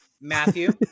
matthew